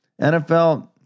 NFL